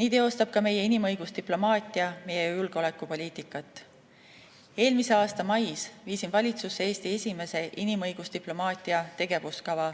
Nii toestab ka meie inimõigusdiplomaatia meie julgeolekupoliitikat. Eelmise aasta mais viisin valitsusse Eesti esimese inimõigusdiplomaatia tegevuskava,